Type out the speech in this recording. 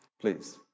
please